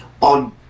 on